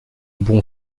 bond